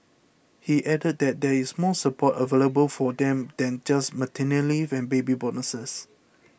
he added that there is more support available for them than just maternity leave and baby bonuses